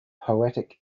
poetic